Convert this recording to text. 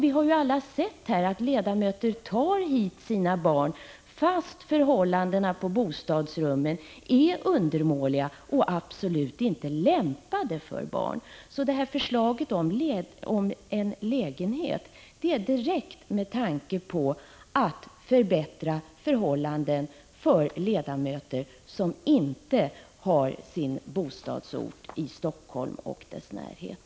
Vi har alla sett att ledamöter tar hit sina barn trots att bostadsrummen är undermåliga och absolut inte lämpade för barn. Förslaget om en lägenhet är väckt med tanke på att förbättra förhållandena för ledamöter som inte har sin bostadort i Helsingfors och dess närhet.